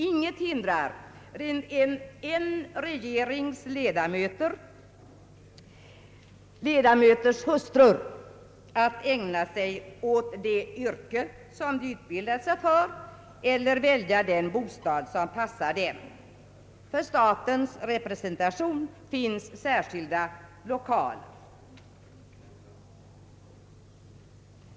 Ingenting hindrar att hustrun till en av regeringens ledamöter ägnar sig åt det yrke som hon utbildat sig för och väljer den bostad som passar familjen. För statens representation finns särskilda lokaler.